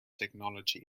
technology